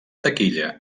taquilla